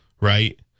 right